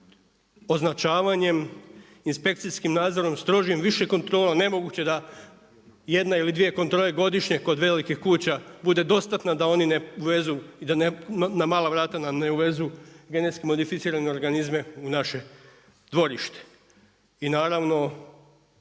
Označavanjem, inspekcijskim nadzorom, strožim više kontrola. Nemoguće da jedna ili dvije kontrole godišnje kod velikih kuća bude dostatna da oni ne uvezu i da na mala vrata nam ne uvezu GMO u naše dvorište. I naravno